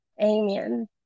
Amen